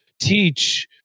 teach